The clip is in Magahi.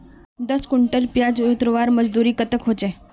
दस कुंटल प्याज उतरवार मजदूरी कतेक होचए?